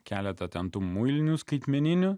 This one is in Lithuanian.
keletą tentų muilinių skaitmeninių